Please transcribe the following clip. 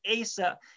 asa